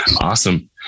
Awesome